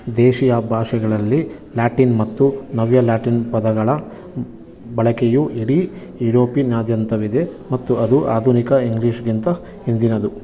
ದೇಶಿಯ ಭಾಷೆಗಳಲ್ಲಿ ಲ್ಯಾಟಿನ್ ಮತ್ತು ನವ್ಯ ಲ್ಯಾಟಿನ್ ಪದಗಳ ಬಳಕೆಯು ಇಡೀ ಯುರೋಪಿನಾದ್ಯಂತವಿದೆ ಮತ್ತು ಅದು ಆಧುನಿಕ ಇಂಗ್ಲಿಷ್ಗಿಂತ ಹಿಂದಿನದು